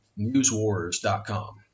newswars.com